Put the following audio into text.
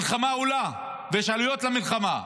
המלחמה עולה ויש עלויות למלחמה,